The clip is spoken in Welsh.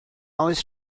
oes